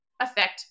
affect